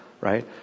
right